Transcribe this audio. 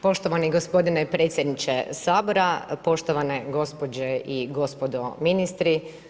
Poštovani gospodine predsjedniče Sabora, poštovane gospođe i gospodo ministre.